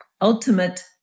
ultimate